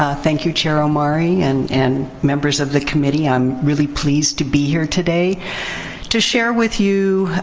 ah thank you, chair omari and and members of the committee. i'm really pleased to be here today to share with you